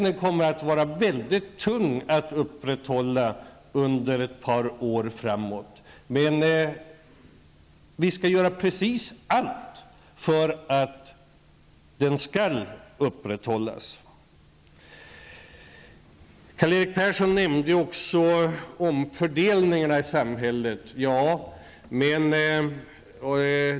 Det kommer dock att vara väldigt tungt att upprätthålla den under ett par år framåt. Vi kommer dock att göra allt för att den skall upprätthållas. Karl-Erik Persson nämnde också omfördelningarna i samhället.